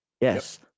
Yes